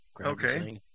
Okay